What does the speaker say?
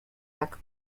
jak